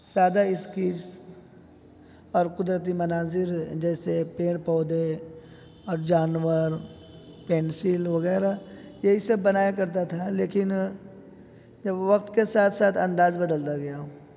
سادہ اسکیس اور قدرتی مناظر جیسے پیڑ پودے اور جانور پینسل وغیرہ یہی سب بنایا کرتا تھا لیکن جب وقت کے ساتھ ساتھ انداز بدلتا گیا